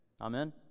Amen